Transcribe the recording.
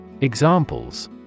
Examples